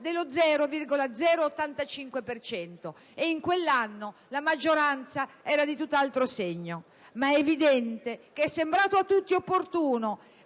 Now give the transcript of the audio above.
dello 0,085 per cento. In quell'anno la maggioranza era di tutt'altro segno. È evidente che è sembrata a tutti opportuna,